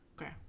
Okay